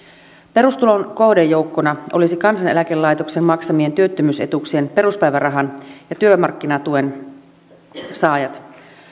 perustulon kohdejoukkona olisivat kansaneläkelaitoksen maksamien työttömyysetuuksien peruspäivärahan ja työmarkkinatuen saajat